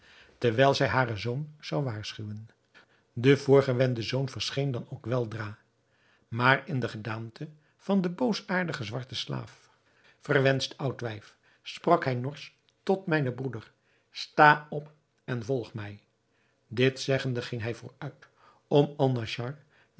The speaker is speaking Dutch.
terwijl zij haren zoon zou waarschuwen de voorgewende zoon verscheen dan ook weldra maar in de gestalte van den boosaardigen zwarten slaaf verwenscht oud wijf sprak hij norsch tot mijn broeder sta op en volg mij dit zeggende ging hij vooruit om